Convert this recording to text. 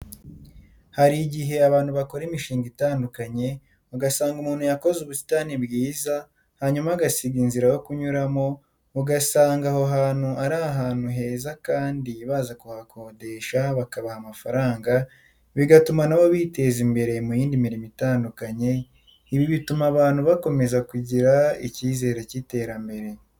Hari igihe abantu bakora imishinga itandukanye ugasanga umuntu yakoze ubusitani bwiza hanyuma agasiga inzira yo kunyuramo, usanga aho hantu ari ahantu heza kandi baza kuhakodesha bakabaha amafaranga bigatuma na bo biteza imbere mu yindi mirimo itandukanye, ibi bituma abantu bakomeza kugira icyizere cy'iterambere.